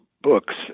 books